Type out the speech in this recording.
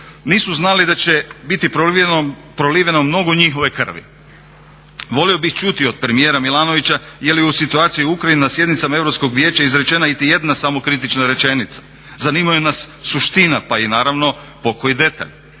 nisu znali da će biti prolivene mnogo njihove krvi. Volio bih čuti od premijera Milanovića je li u situaciji u Ukrajini na sjednicama Europskog vijeća izrečena iti jedna samokritična rečenica. Zanimaju nas suština, pa i naravno pokoji detalj,